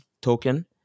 token